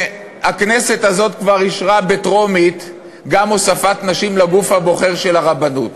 שהכנסת הזאת כבר אישרה בטרומית גם הוספת אנשים לגוף הבוחר של הרבנות,